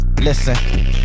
listen